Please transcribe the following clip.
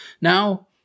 Now